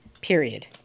Period